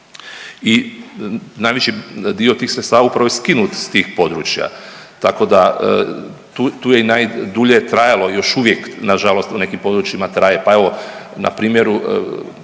i najveći dio tih sredstava upravo je skinut s tih područja, tako da, tu je i najdulje trajalo, još uvijek nažalost u nekim područjima traje, pa evo, na primjeru